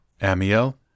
Amiel